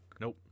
Nope